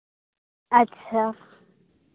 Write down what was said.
ᱟᱪᱪᱷᱟ